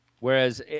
Whereas